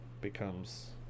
becomes